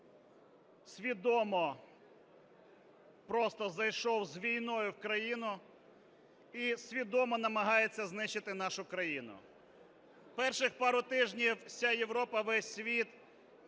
свідомо просто зайшов з війною в країну і свідомо намагається знищити нашу країну. Перших пару тижнів вся Європа, весь світ